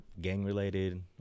gang-related